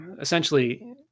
essentially